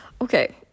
Okay